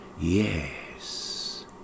Yes